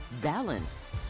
balance